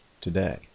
today